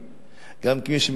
גם כיושב-ראש ועדת הפנים,